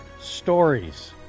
Stories